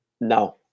no